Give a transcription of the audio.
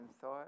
thought